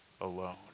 alone